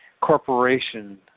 corporation